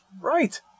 Right